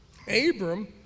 Abram